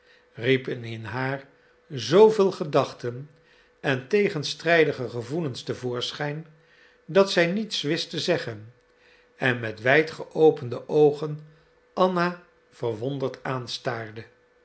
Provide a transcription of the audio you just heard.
riepen in haar zooveel gedachten en tegenstrijdige gevoelens te voorschijn dat zij niets wist te zeggen en met wijd geopende oogen anna verwonderd aanstaarde